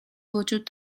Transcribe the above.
وجود